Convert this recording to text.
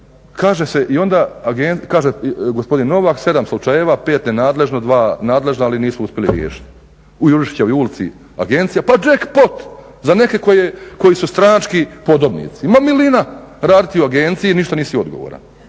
Eto to je kaže gospodin Novak 7 slučajeva, 5 je nenadležno, 2 nadležna ali nisu uspjeli riješiti. U Jurišićevoj ulici agencija, pa jackpot za neke koji su stranački podobnici, ma milina raditi u agenciji ništa nisi odgovoran.